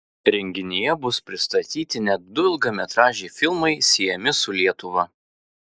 renginyje bus pristatyti net du ilgametražiai filmai siejami su lietuva